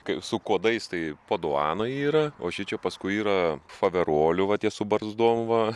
kai su kuodais tai paduano yra o šičia paskui yra faverolių va tie su barzdom va